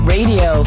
Radio